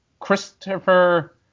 Christopher